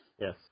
yes